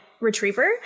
retriever